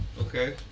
okay